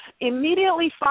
immediately